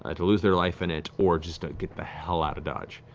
ah to lose their life in it, or just to get the hell out of dodge.